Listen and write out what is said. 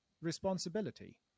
responsibility